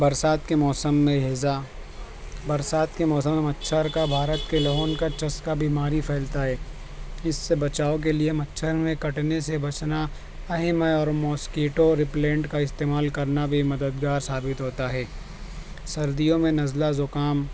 برسات کے موسم میں ہیضہ برسات کے موسموں میں مچھر کا بھارت کے لون کا چسکا بیماری پھیلتا ہے اس سے بچاؤ کے لیے مچھر میں کٹنے سے بچنا اہم ہے اور ماسکیٹو اور ریپلنٹ کا استعمال کرنا بھی مددگار ثابت ہوتا ہے سردیوں میں نزلہ زکام